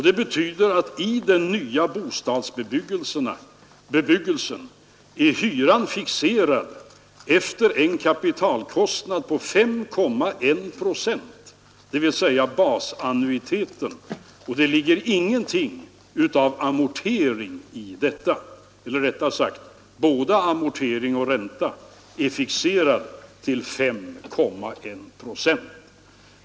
Det betyder att i den nya bostadsbebyggelsen är hyran fixerad efter en kapitalkostnad på 5,1 procent, dvs. basannuiteten. Det ligger ingenting av amortering i detta, eller, rättare sagt, både amortering och ränta är fixerade till 5,1 procent.